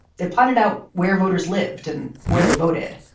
they plotted out where voters lived and where they voted.